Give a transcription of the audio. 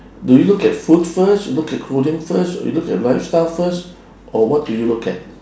do you look at food first you look at clothing first you look at lifestyle first or what do you look at